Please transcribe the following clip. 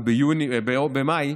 ובמאי